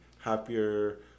happier